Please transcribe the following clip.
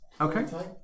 Okay